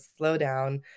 slowdown